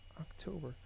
October